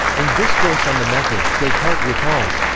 in discourse on the method, descartes recalls,